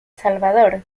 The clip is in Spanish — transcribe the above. salvador